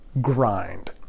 grind